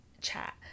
chat